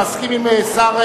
אם המשרד יעשה,